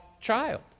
child